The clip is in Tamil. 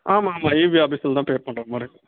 ஆமாம் ஆமாம் இபி ஆஃபீஸில் தான் பே பண்ணுற மாதிரி இருக்கும்